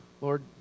Lord